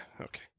okay